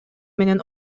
менен